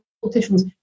politicians